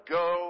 go